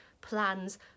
plans